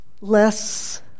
less